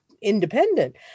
independent